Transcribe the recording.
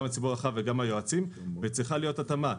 הציבור הרחב וגם היועצים וצריכה להיות התאמה.